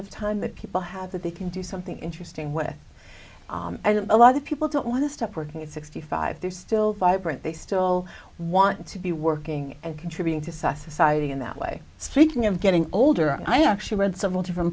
of time that people have that they can do something interesting with a lot of people don't want to stop working at sixty five they're still vibrant they still want to be working and contributing to society in that way speaking of getting older and i actually read several different